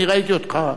אני ראיתי אותך,